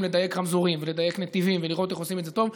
לדייק רמזורים ולדייק נתיבים ולראות איך עושים את זה טוב.